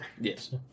Yes